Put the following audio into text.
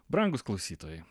brangūs klausytojai